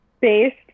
based